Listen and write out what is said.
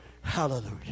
Hallelujah